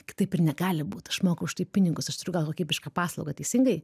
kitaip ir negali būt aš moku už tai pinigus aš turiu gaut kokybišką paslaugą teisingai